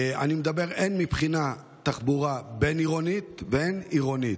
ואני מתכוון הן מבחינת תחבורה בין-עירונית והן עירונית.